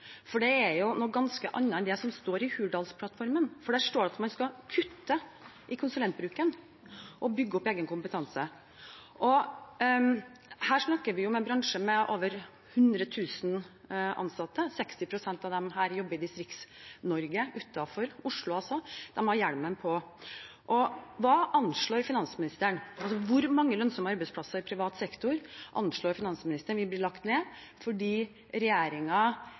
Det er noe ganske annet enn det som står i Hurdalsplattformen, for der står det at man skal kutte i konsulentbruken og bygge opp egen kompetanse. Vi snakker om en bransje med over 100 000 ansatte. 60 pst. av dem jobber i Distrikts-Norge, utenfor Oslo, altså. De har hjelmen på. Hvor mange lønnsomme arbeidsplasser i privat sektor anslår finansministeren vil bli lagt ned fordi